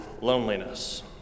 loneliness